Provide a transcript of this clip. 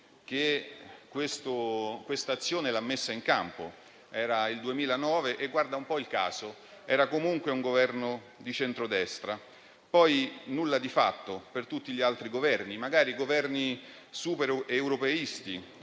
che questa azione ha messo in campo: era il 2009 e - guarda un po' il caso -era comunque di centrodestra. Poi nulla di fatto con tutti gli altri Governi, magari super-europeisti,